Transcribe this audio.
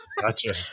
gotcha